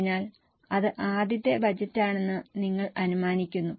അതിനാൽ ഇത് ആദ്യത്തെ ബജറ്റാണെന്ന് നിങ്ങൾ അനുമാനിക്കുന്നു